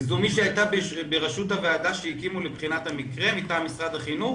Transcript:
זו מי שהייתה בראשות הוועדה שהקימו לבחינת המקרה מטעם משרד החינוך?